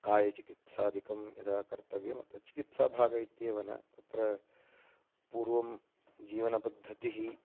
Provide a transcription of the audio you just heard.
कायचिकित्सादिकं यदा कर्तव्यम् अत्र चिकित्साभागः इत्येव न तत्र पूर्वं जीवनपद्धतिः